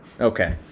Okay